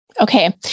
Okay